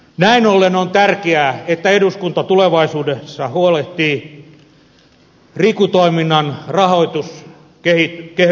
näin ollen on tärkeää että eduskunta tulevaisuudessa huolehtii riku toiminnan rahoituskehyksen riittävyydestä